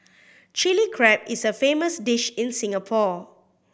Chilli Crab is a famous dish in Singapore